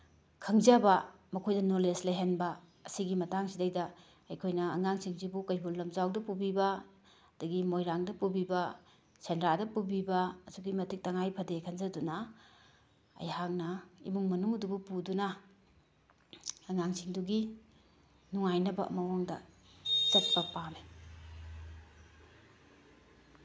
ꯈꯪꯖꯕ ꯃꯈꯣꯏꯗ ꯅꯣꯂꯦꯖ ꯂꯩꯍꯟꯕ ꯁꯤꯒꯤ ꯃꯇꯥꯡꯁꯤꯗꯩꯗ ꯑꯩꯈꯣꯏꯅ ꯑꯉꯥꯡꯁꯤꯡꯁꯤꯕꯨ ꯀꯩꯕꯨꯜ ꯂꯝꯖꯥꯎꯗ ꯄꯨꯕꯤꯕ ꯑꯗꯒꯤ ꯃꯣꯏꯔꯥꯡꯗ ꯄꯨꯕꯤꯕ ꯁꯦꯟꯗ꯭ꯔꯥꯗ ꯄꯨꯕꯤꯕ ꯑꯁꯨꯛꯀꯤ ꯃꯇꯤꯛ ꯇꯉꯥꯏ ꯐꯗꯦ ꯈꯟꯖꯗꯨꯅ ꯑꯩꯍꯥꯛꯅ ꯏꯃꯨꯡ ꯃꯅꯨꯡ ꯑꯗꯨꯕꯨ ꯄꯨꯗꯨꯅ ꯑꯉꯥꯡꯁꯤꯡꯗꯨꯒꯤ ꯅꯨꯡꯉꯥꯏꯅꯕ ꯃꯑꯣꯡꯗ ꯆꯠꯄ ꯄꯥꯝꯃꯤ